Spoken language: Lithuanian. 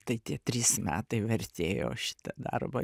tai tie trys metai vertėjo šitą darbą